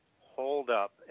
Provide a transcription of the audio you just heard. holdup